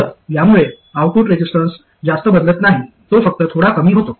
तर यामुळे output resistance जास्त बदलत नाही तो फक्त थोडा कमी करतो